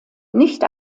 nicht